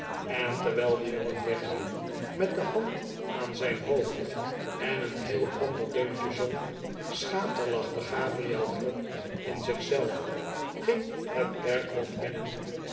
en terwijl de jongen wegliep met de hand aan zijn hoofd en een heelander deuntje zong schaterlachte gabriel grub in zich zelf ging het kerkhof binnen